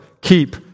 keep